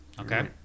okay